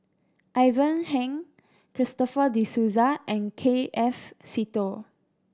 Ivan Heng Christopher De Souza and K F Seetoh